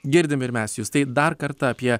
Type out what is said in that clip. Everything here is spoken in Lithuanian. girdim ir mes jus tai dar kartą apie